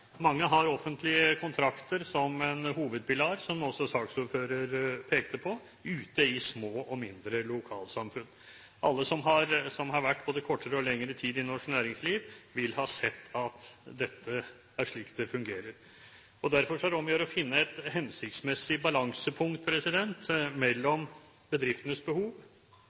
Mange ute i små lokalsamfunn har offentlige kontrakter som en hovedpilar, som også saksordføreren pekte på. Alle som har vært både kortere og lengre tid i norsk næringsliv, vil ha sett at det er slik det fungerer. Derfor er det om å gjøre å finne et hensiktsmessig balansepunkt mellom bedriftenes behov